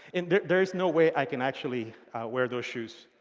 and there is no way i can actually wear those shoes.